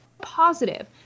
positive